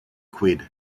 quid